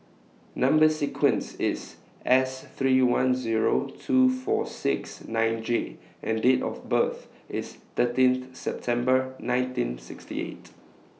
Number sequence IS S three one Zero two four six nine J and Date of birth IS thirteenth September nineteen sixty eight